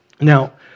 Now